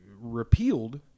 repealed